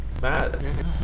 Bad